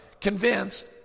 convinced